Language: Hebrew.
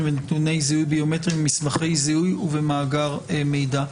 ונתוני זיהוי ביומטריים במסמכי זיהוי ובמאגר מידע.